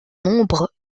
nombre